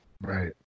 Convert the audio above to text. right